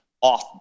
off